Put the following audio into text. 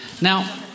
Now